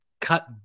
cut